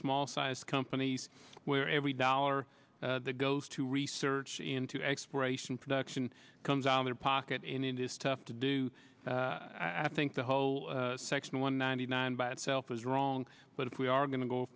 small size companies where every dollar that goes to research into exploration production comes out of their pocket and it is tough to do i think the whole section one ninety nine by itself is wrong but if we are going to go